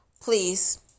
please